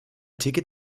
ticket